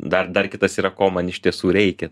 dar dar kitas yra ko man iš tiesų reikia